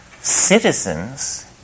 citizens